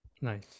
Nice